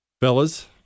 fellas